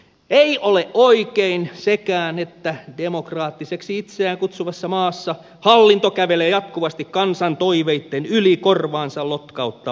ei ole oikein sekään että demokraattiseksi itseään kutsuvassa maassa hallinto kävelee jatkuvasti kansan toiveitten yli korvaansa lotkauttamatta